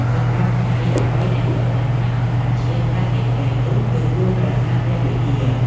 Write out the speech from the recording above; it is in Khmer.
សម្រាប់ថៃ អ្វីដែលតុលាការអន្ដរជាតិកាត់សេចក្ដីនោះ គឺតួប្រាសាទព្រះវិហារ។